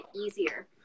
easier